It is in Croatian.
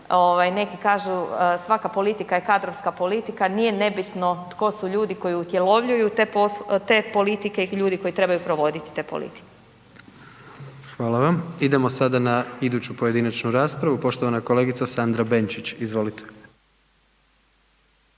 neki kažu svaka politika je kadrovska politika nije nebitno tko su ljudi koji utjelovljuju te politike i ljudi koji trebaju provoditi te politike. **Jandroković, Gordan (HDZ)** Hvala vam. Idemo sada na iduću pojedinačnu raspravu. Poštovana kolegica Sandra Benčić. Izvolite.